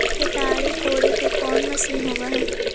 केताड़ी कोड़े के कोन मशीन होब हइ?